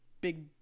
big